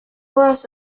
was